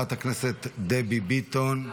חברת הכנסת דבי ביטון.